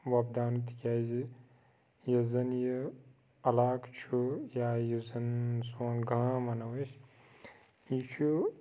وۄپداونہٕ تِکیٛازِ یُس زَن یہِ علاقہٕ چھُ یا یُس زَن سون گام وَنو أسۍ یہِ چھُ